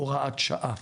הוראת שעה.